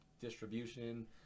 distribution